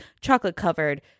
Chocolate-covered